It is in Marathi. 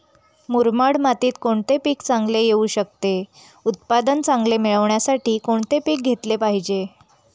मुरमाड मातीत कोणते पीक चांगले येऊ शकते? उत्पादन चांगले मिळण्यासाठी कोणते पीक घेतले पाहिजे?